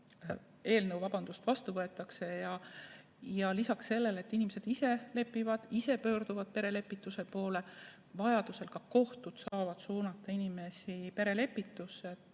eelnõu vastu võetaks, ja lisaks sellele, et inimesed ise lepivad, ise pöörduvad perelepitaja poole, saavad vajadusel ka kohtud suunata inimesi perelepitusse,